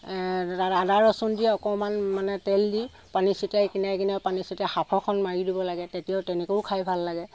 আদা ৰচোন দি অকণমান মানে তেল দি পানী ছটিয়াই কিনাৰে কিনাৰে পানী ছটিয়াই অকণমান সাফৰখন মাৰি দিব লাগে তেনেকৈও খাই ভাল লাগে